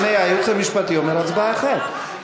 הנה, הייעוץ המשפטי אומר, הצבעה אחת.